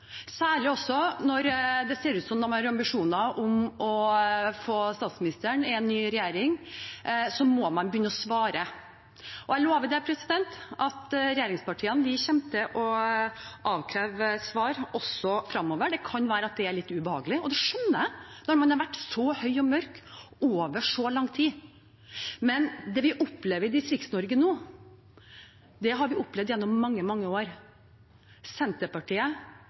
Særlig også når det ser ut som at de har ambisjoner om å få statsministeren i en ny regjering, må man begynne å svare. Jeg lover at regjeringspartiene kommer til å avkreve Senterpartiet svar også framover. Det kan være at det er litt ubehagelig. Det skjønner jeg når man har vært så høy og mørk over så lang tid. Men det vi opplever i Distrikts-Norge nå, har vi opplevd gjennom mange, mange år. Senterpartiet